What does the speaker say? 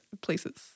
places